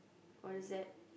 what is that